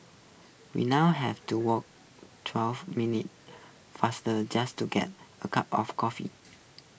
we now have to walk twelve minutes fast just to get A cup of coffee